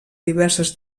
diverses